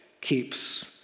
keeps